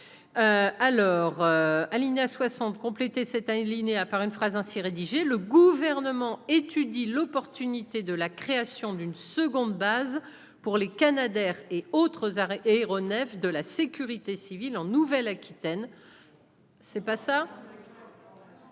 l'heure, Alina 60 compléter cette Linea à par une phrase hein. Rédigé le gouvernement étudie l'opportunité de la création d'une seconde base pour les canadairs et autres arrêts aéronefs de la sécurité civile en Nouvelle Aquitaine. C'est pas ça.